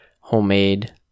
homemade